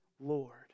Lord